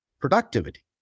Productivity